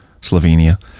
Slovenia